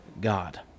God